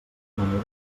manera